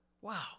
Wow